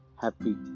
Happy